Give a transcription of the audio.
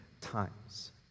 times